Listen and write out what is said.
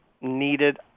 needed